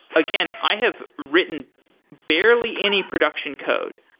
again, i have written barely any production code.